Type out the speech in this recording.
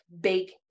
big